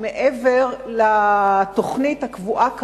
מעבר לתוכנית הקבועה כרגע,